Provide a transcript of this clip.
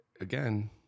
again